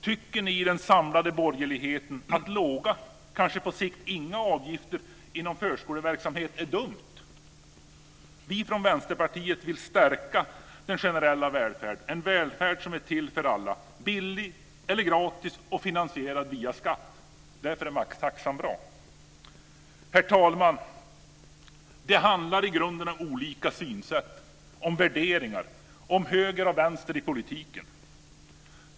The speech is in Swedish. Tycker ni i den samlade borgerligheten att låga, kanske på sikt inga, avgifter inom förskoleverksamhet är dumt? Vi från Vänsterpartiet vill stärka den generella välfärden, en välfärd som är till för alla, billig eller gratis och finansierad via skatt. Därför är maxtaxan bra! Herr talman! Det handlar i grunden om olika synsätt, om värderingar, om höger och vänster i politiken.